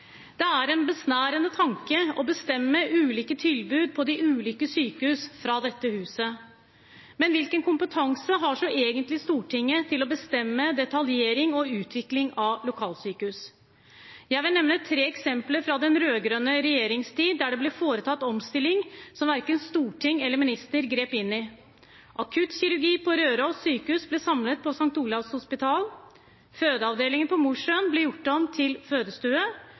Det er en besnærende tanke å bestemme ulike tilbud på de ulike sykehusene fra dette huset. Hvilken kompetanse har egentlig Stortinget til å bestemme detaljering og utvikling av lokalsykehus? Jeg vil nevne tre eksempler fra den rød-grønne regjeringens tid da det ble foretatt omstillinger som verken Stortinget eller ministeren grep inn i: Akuttkirurgi på Røros sykehus ble samlet på St. Olavs Hospital. Fødeavdelingen på Mosjøen ble gjort om til fødestue.